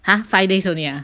!huh! five days only ah